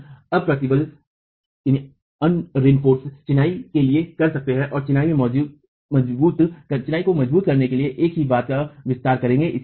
हम अप्रबलित चिनाई के लिए कर सकते है और चिनाई को मजबूत करने के लिए एक ही बात का विस्तार करेंगे